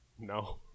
No